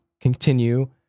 continue